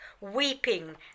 weeping